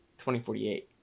2048